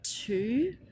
two